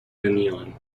anion